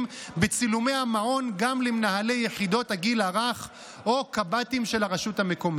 בצילומי המעון גם למנהלי יחידות הגיל הרך או קב"טים של הרשות המקומית.